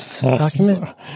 document